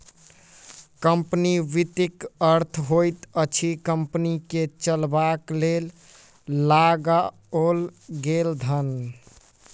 company वित्तक अर्थ होइत अछि कम्पनी के चलयबाक लेल लगाओल गेल धन